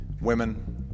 women